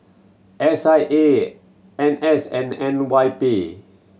S I A N S and N Y P